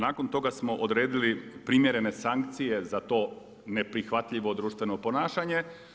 Nakon toga smo odredili primjerene sankcije za to neprihvatljivo društveno ponašanje.